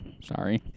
Sorry